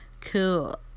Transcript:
cool